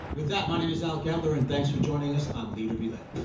with that my name is al getler and thanks for joining us on leader be led.